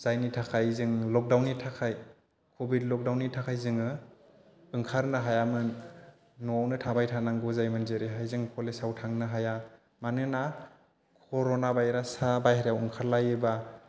जायनि थाखाय जों लकडाउननि थाखाय कभिद लकडाउननि थाखाय जोङो ओंखारनो हायामोन न'आवनो थाबाय थानांगौ जायोमोन जेरैहाय जों कलेजाव थानो हाया मानोना कर'ना भाइरासा बायह्रेराव ओंखार लायोबा